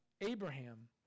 Abraham